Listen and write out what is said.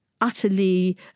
utterly